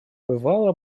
бывало